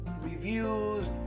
reviews